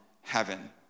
heaven